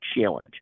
challenge